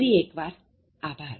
ફરી એક વાર આભાર